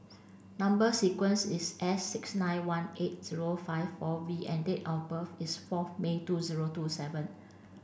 number sequence is S six nine one eight zero five four V and date of birth is fourth May two zero two seven